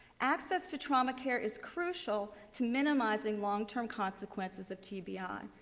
access to trauma care is crucial to minimizing long-term consequences of tbi.